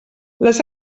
les